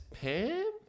Pam